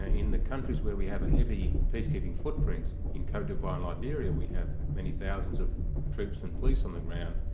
ah in the countries where we have a heavy peacekeeping footprint, in cote d'voir in liberia we have many thousands of troops and police on the ground,